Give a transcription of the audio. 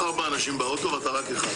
בגלל שזה שלי הוא יוותר על ההתייעצות.